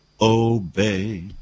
obey